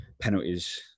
penalties